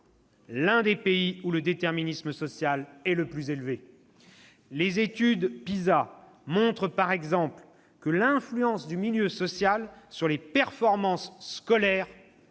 l'un des pays où le déterminisme social est le plus élevé. Les études PISA montrent par exemple que l'influence du milieu social sur les performances scolaires